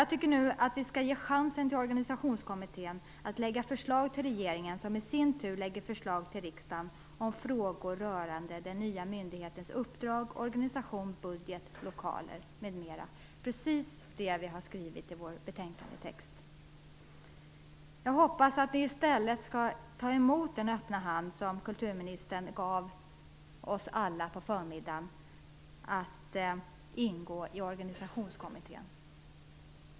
Jag tycker att vi nu skall ge organisationskommittén chansen att lägga fram förslag till regeringen så att den i sin tur kan lägga fram förslag till riksdagen om frågor rörande den nya myndighetens uppdrag, organisation, budget, lokaler m.m. - precis som vi har skrivit i betänkandetexten. Jag hoppas också att vi skall ta emot den öppna hand som kulturministern gav oss alla på förmiddagen när det gäller att ingå i organisationskommittén.